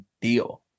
deal